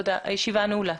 הישיבה נעולה.